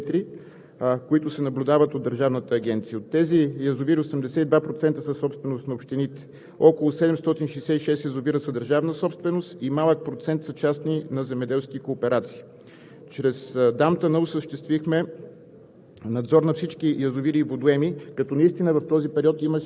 Общият брой на язовирите на територията на страната, които се наблюдават от Държавната агенция, е 6844. От тези язовири 82% са собственост на общините, около 766 язовири са държавна собственост и малък процент са частни – на земеделски кооперации. Чрез ДАМТН осъществихме